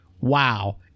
wow